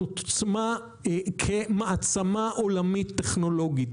את העוצמה כמעצמה עולמית טכנולוגית,